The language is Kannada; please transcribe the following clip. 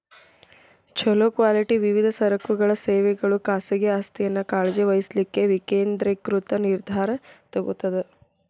ಛೊಲೊ ಕ್ವಾಲಿಟಿ ವಿವಿಧ ಸರಕುಗಳ ಸೇವೆಗಳು ಖಾಸಗಿ ಆಸ್ತಿಯನ್ನ ಕಾಳಜಿ ವಹಿಸ್ಲಿಕ್ಕೆ ವಿಕೇಂದ್ರೇಕೃತ ನಿರ್ಧಾರಾ ತೊಗೊತದ